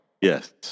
Yes